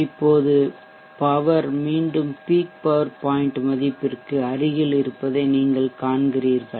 இப்போது பவர் மீண்டும் peak power point மதிப்பிற்கு அருகில் இருப்பதை நீங்கள் காண்கிறீர்கள்